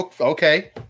Okay